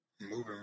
moving